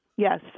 Yes